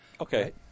Okay